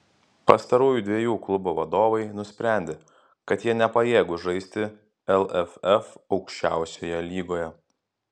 pastarųjų dviejų klubo vadovai nusprendė kad jie nepajėgūs žaisti lff aukščiausioje lygoje